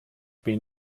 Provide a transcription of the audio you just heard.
been